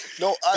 No